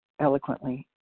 eloquently